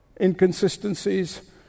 inconsistencies